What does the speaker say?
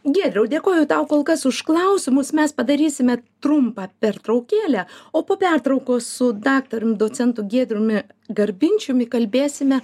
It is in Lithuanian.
giedriau dėkoju tau kol kas už klausimus mes padarysime trumpą pertraukėlę o po pertraukos su daktaru docentu giedriumi garbinčiumi kalbėsime